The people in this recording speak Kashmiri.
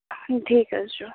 ٹھیٖک حظ چھُ